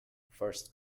first